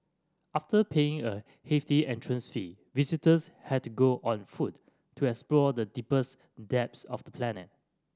after paying a hefty entrance fee visitors had to go on foot to explore the deepest depths of the planet